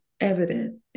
evident